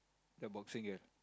the boxing girl